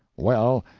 well,